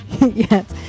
Yes